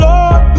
Lord